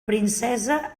princesa